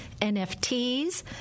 NFTs